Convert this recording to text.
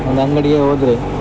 ಒಂದು ಅಂಗಡಿಗೆ ಹೋದರೆ